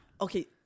Okay